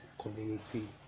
community